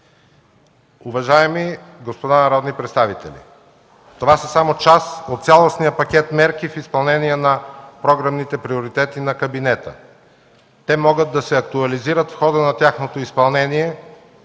Уважаеми господа народни представители, това са само част от цялостния пакет мерки в изпълнение на програмните приоритети на кабинета. Те могат да се актуализират в хода на тяхното изпълнение,